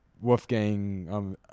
Wolfgang